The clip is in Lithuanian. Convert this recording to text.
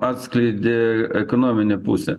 atskleidė ekonominę pusę